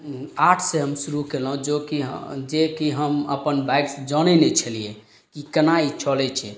आठसँ हम शुरू कयलहुँ जोकि जेकि हम अपन बाइकसँ जानय नै हि छलियै कि केना ई चलय छै